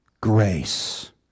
grace